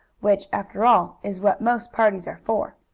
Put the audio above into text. which, after all, is what most parties are for.